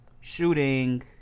Shooting